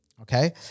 Okay